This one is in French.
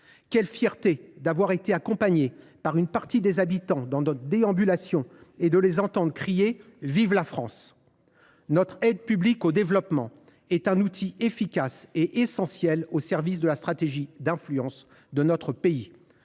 Quelle fierté d’avoir été accompagné par une partie des habitants durant cette déambulation et de les avoir entendus crier :« Vive la France !» L’aide publique au développement constitue un outil efficace et essentiel au service de la stratégie d’influence de notre pays.